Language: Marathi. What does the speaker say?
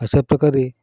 अशा प्रकारे